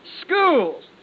Schools